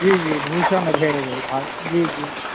जी जी भूषण भेल भारी ठीक